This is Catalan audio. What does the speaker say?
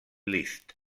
liszt